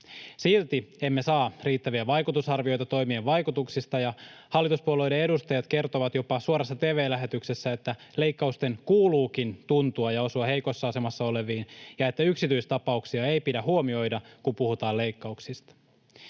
Silti emme saa riittäviä vaikutusarvioita toimien vaikutuksista, ja hallituspuolueiden edustajat kertovat jopa suorassa tv-lähetyksessä, että leikkausten kuuluukin tuntua ja osua heikossa asemassa oleviin ja että yksityistapauksia ei pidä huomioida, kun puhutaan leikkauksista.